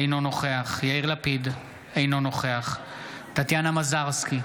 אינו נוכח יאיר לפיד, אינו נוכח טטיאנה מזרסקי,